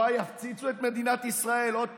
יפציצו את מדינת ישראל עוד פעם.